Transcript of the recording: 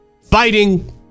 fighting